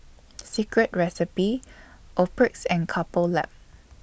Secret Recipe Optrex and Couple Lab